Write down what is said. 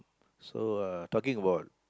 so uh talking about